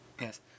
Yes